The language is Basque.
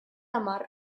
hamar